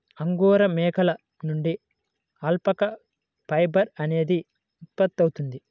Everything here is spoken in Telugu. అంగోరా మేకల నుండి అల్పాకా ఫైబర్ అనేది ఉత్పత్తవుతుంది